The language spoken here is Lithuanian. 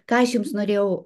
ką aš jums norėjau